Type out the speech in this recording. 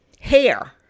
hair